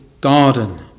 garden